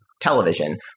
television